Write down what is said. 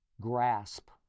grasp